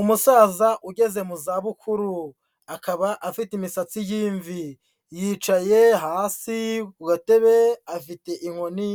Umusaza ugeze mu zabukuru, akaba afite imisatsi y'imvi, yicaye hasi ku gatebe afite inkoni,